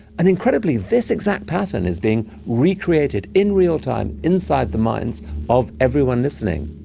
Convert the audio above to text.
and incredibly, this exact pattern is being recreated in real time inside the minds of everyone listening.